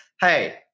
hey